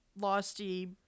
Losty